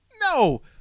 no